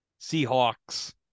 Seahawks